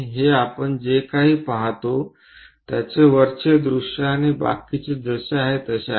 हे आपण जे काही पहाते त्याचे वरचे दृश्य आणि बाकीचे जसे आहे तसे आहे